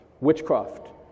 Witchcraft